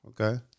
Okay